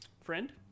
Friend